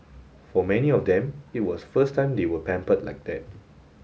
for many of them it was first time they were pampered like that